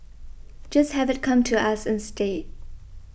just have it come to us instead